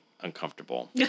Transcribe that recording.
uncomfortable